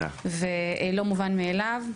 ולא מובן מאליו,